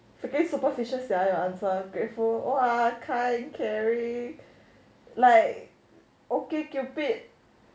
freaking superficial sia your answer grateful !wah! kind and caring like okay cupid